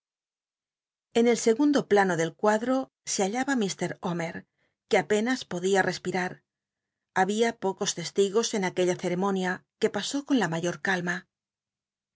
en el segundo plano del cuadro se hallaba m homer que apenas poclia tespinh había pocos testigos en aquella cetemonia que pasó c on la mayor calma